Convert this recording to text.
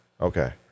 Okay